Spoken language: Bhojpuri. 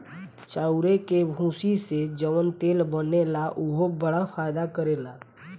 चाउरे के भूसी से जवन तेल बनेला उहो बड़ा फायदा करेला